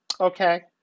Okay